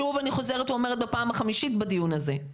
שוב אני חוזרת ואומרת בפעם החמישית בדיון הזה,